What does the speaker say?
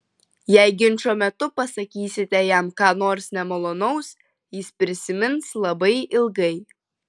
jei ginčo metu pasakysite jam ką nors nemalonaus jis prisimins labai ilgai